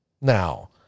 Now